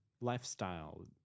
lifestyle